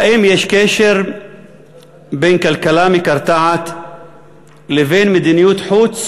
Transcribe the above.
האם יש קשר בין כלכלה מקרטעת לבין מדיניות חוץ